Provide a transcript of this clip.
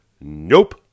Nope